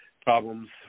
problems